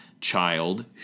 child